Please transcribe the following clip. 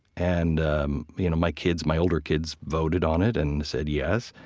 and um you know my kids, my older kids, voted on it and said yes.